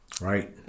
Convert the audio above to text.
Right